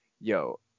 Yo